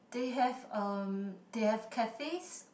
they have um they have cafes